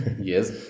Yes